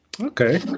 okay